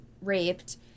raped